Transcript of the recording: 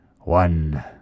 one